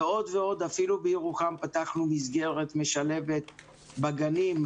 ועוד, אפילו בירוחם פתחנו מסגרת משלבת בגנים,